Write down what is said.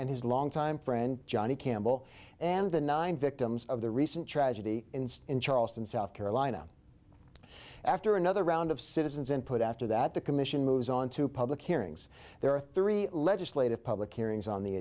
and his long time friend johnny campbell and the nine victims of the recent tragedy in charleston south carolina after another round of citizens input after that the commission moves on to public hearings there are three legislative public hearings on the